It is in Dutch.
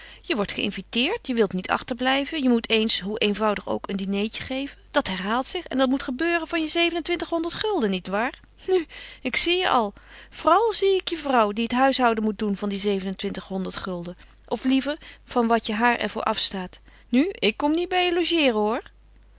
je wordt geïnviteerd je wilt niet achterblijven je moet eens hoe eenvoudig ook een dinertje geven dat herhaalt zich en dat moet gebeuren van je zevenentwintighonderd gulden niet waar nu ik zie je al vooral zie ik je vrouw die het huishouden moet doen van die zevenentwintighonderd gulden of liever van wat je haar er voor afstaat nu ik kom niet bij je logeeren hoor